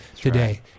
today